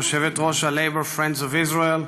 יושבת-ראש ה-Labour Friends of Israel,